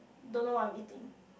don't know what I am eating